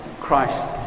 Christ